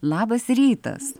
labas rytas